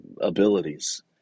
abilities